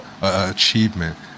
achievement